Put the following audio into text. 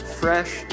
fresh